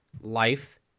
life